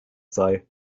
sei